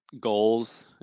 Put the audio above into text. goals